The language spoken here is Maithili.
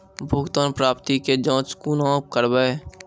भुगतान प्राप्ति के जाँच कूना करवै?